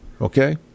Okay